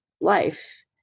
life